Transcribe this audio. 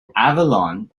avalon